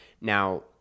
Now